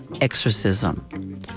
exorcism